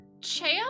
Champ